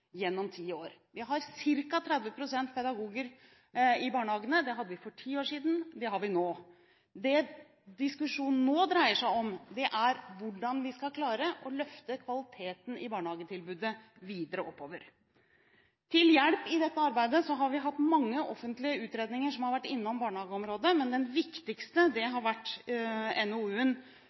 gjennom ti år. Vi har ca. 30 pst. pedagoger i barnehagene – det hadde vi for ti år siden, det har vi nå. Det diskusjonen nå dreier seg om, er hvordan vi skal klare å løfte kvaliteten i barnehagetilbudet videre oppover. Til hjelp i dette arbeidet har vi hatt mange offentlige utredninger som har vært innom barnehageområdet, men den viktigste har vært